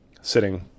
sitting